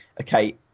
Okay